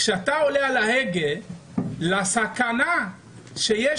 כשאתה עולה על ההגה לסכנה הזאת שחס